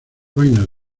vainas